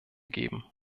geben